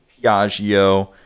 Piaggio